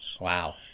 Wow